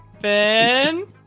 Ben